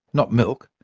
not milk.